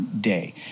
day